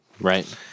Right